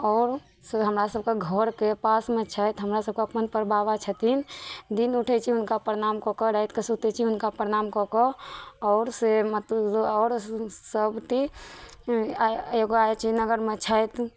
आओर से हमरा सबके घरके पासमे छथि हमरा सबके अपन परबाबा छथिन दिन उठै छी हुनका प्रणाम कऽ कऽ राति कऽ सुतै छी हुनका प्रणाम कऽ कऽ आओर से मतलब आओर सब एगो आय छी नगरमे छथी